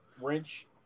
Wrench